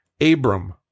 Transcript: Abram